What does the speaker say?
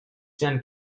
jen